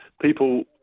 people